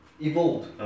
evolved